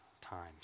times